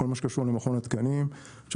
כל מה שקשור למכון התקנים אני חושב